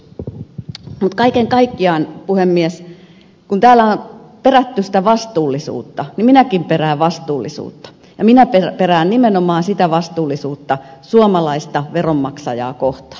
mutta kaiken kaikkiaan puhemies kun täällä on perätty sitä vastuullisuutta niin minäkin perään vastuullisuutta ja minä perään nimenomaan vastuullisuutta suomalaista veronmaksajaa kohtaan